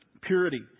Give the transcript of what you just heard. Purity